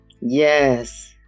Yes